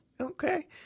Okay